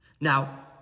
Now